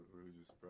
religious